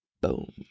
Boom